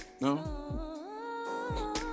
No